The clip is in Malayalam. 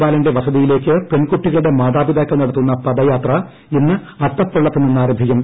ബാലന്റെ വസതിയിലേക്ക് പെൺകുട്ടികളുടെ മാതാപിതാക്കൾ നടത്തുന്ന പദയാത്ര ഇന്ന് അട്ടപ്പള്ളത്ത് നിന്ന് ആരംഭിക്കും